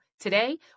Today